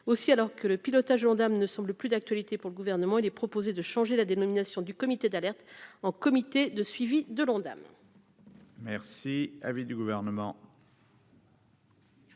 aussi, alors que le pilotage gendarmes ne semble plus d'actualité pour le gouvernement, il est proposé de changer la dénomination du comité d'alerte en comité de suivi de l'Ondam.